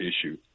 issue